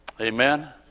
Amen